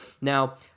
Now